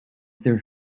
through